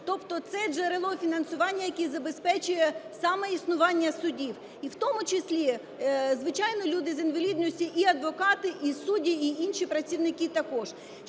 Тобто це джерело фінансування, яке забезпечує саме існування судів і в тому числі, звичайно, люди з інвалідністю і адвокати, і судді, і інші працівники також.